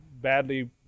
badly